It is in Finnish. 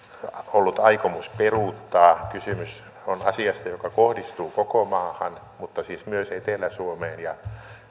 ollut aikomus peruuttaa kysymys on asiasta joka kohdistuu koko maahan mutta siis myös etelä suomeen ja